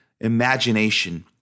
imagination